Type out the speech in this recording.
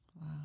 Wow